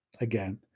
again